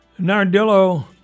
Nardillo